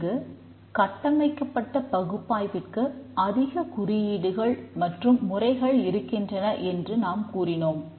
இங்கு கட்டமைக்கப்பட்ட பகுப்பாய்விற்கு அதிக குறியீடுகள் மற்றும் முறைகள் இருக்கின்றன என்று நாம் கூறுகிறோம்